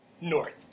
North